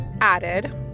added